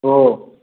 हो